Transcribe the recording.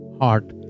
heart